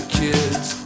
kids